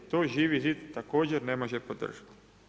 To Živi zid također ne može podržati.